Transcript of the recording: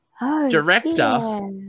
Director